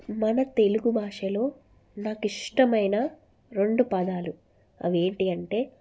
మన తెలుగు భాషలో నాకిష్టమైన రెండు పదాలు అవి ఏంటి అంటే